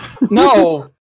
No